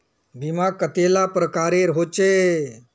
बीमा कतेला प्रकारेर होचे?